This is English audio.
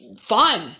fun